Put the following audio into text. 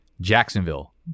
Jacksonville